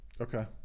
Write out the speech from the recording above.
Okay